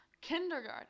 kindergarten